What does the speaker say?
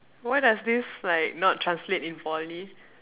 why does this like not translate in Poly